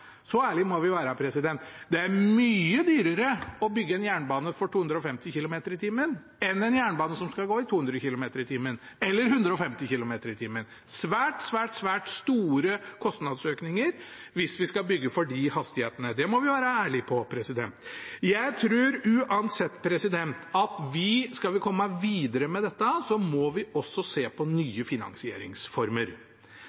Så ærlige må vi være. Det er mye dyrere å bygge en jernbane for 250 km/t enn en jernbane som skal gå i 200 km/t eller 150 km/t. Det er svært, svært store kostnadsøkninger hvis vi skal bygge for de hastighetene. Det må vi være ærlige på. Jeg tror uansett at skal vi komme videre med dette, må vi også se på